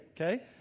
okay